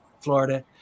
Florida